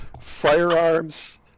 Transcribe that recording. Firearms